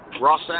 Ross